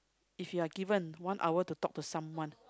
if you're given one hour to talk to someone